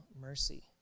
mercy